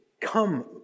come